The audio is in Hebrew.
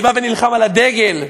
אני נלחם על הדגל,